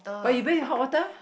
but you bathe with hot water